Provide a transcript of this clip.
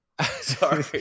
Sorry